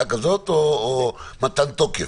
כזאת או מתן תוקף?